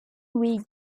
whig